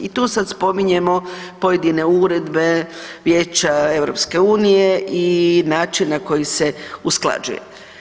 I tu sad spominjemo pojedine uredbe Vijeća EU i načina na koji se usklađuje.